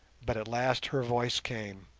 but at last her voice came.